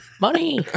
Money